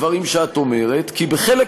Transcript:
גם מידה של פיכחון, גם רטוריקה קצת פחות מתלהמת.